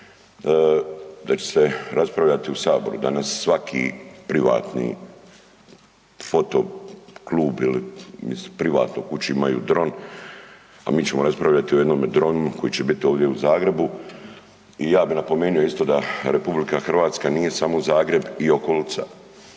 da će sa raspravljati u Saboru. Danas svaki privatni fotoklub ili privatno u kući ima dron, a mi ćemo raspravljati o jednome dronu koji će biti ovdje u Zagrebu. I ja bih napomenuo isto da RH nije samo Zagreb i okolica.